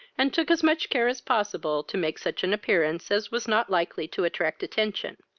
and took as much care as possible to make such an appearance as was not likely to attract attention.